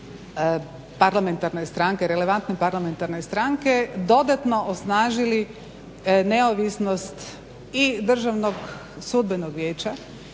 parlamentarne stranke, relevantne parlamentarne stranke dodatno osnažili neovisnost i Državnog sudbenog vijeća